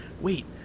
Wait